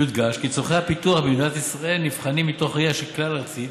יודגש כי צורכי הפיתוח במדינת ישראל נבחנים מתוך ראייה כלל-ארצית